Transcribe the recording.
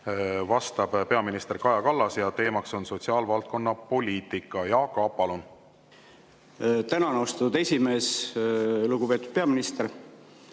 vastab peaminister Kaja Kallas, teema on sotsiaalvaldkonna poliitika. Jaak Aab, palun! Tänan, austatud esimees! Lugupeetud peaminister!